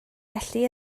felly